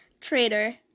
Traitor